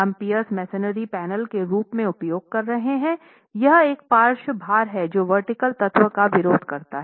हम pier masonry panel के रूप में उपयोग कर रहे हैं यह एक पार्श्व भार है जो वर्टिकल तत्व का विरोध करता है